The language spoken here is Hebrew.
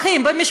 מתמחים יש לנו?